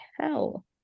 hell